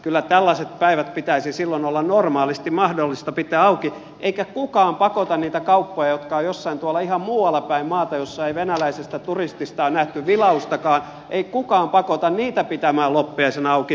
kyllä tällaiset päivät pitäisi silloin olla normaalisti mahdollista pitää auki eikä kukaan pakota niitä kauppoja jotka ovat jossain tuolla ihan muualla päin maata missä ei venäläisestä turistista ole nähty vilaustakaan pitämään loppiaisena auki